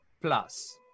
plus